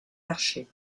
archers